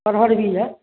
बरहर भी है